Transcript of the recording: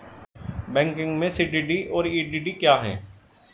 Banking में C D D और E D D क्या हैं?